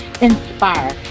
inspire